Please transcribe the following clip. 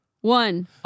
one